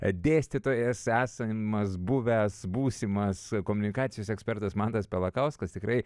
dėstytojas esamas buvęs būsimas komunikacijos ekspertas mantas pelakauskas tikrai